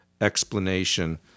explanation